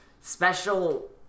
special